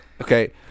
Okay